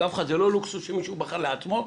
זה לא לוקסוס שמישהו בחר לעצמו.